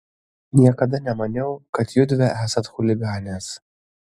niekada nemaniau kad judvi esat chuliganės